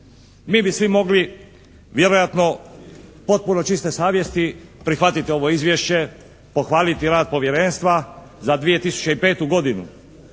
Mi bi svi mogli vjerojatno potpuno čiste savjesti prihvatiti ovo izvješće, pohvaliti rad povjerenstva za 2005. godinu,